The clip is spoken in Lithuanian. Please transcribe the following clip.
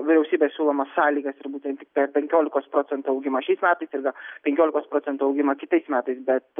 vyriausybės siūlomas sąlygas ir būtent tik tą penkiolikos procentų augimą šiais metais ir dar penkiolikos procentų augimą kitais metais bet